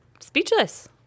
speechless